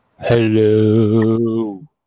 Hello